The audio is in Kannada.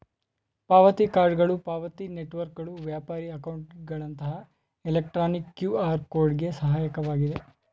ಪಾವತಿ ಕಾರ್ಡ್ಗಳು ಪಾವತಿ ನೆಟ್ವರ್ಕ್ಗಳು ವ್ಯಾಪಾರಿ ಅಕೌಂಟ್ಗಳಂತಹ ಎಲೆಕ್ಟ್ರಾನಿಕ್ ಕ್ಯೂಆರ್ ಕೋಡ್ ಗೆ ಸಹಾಯಕವಾಗಿದೆ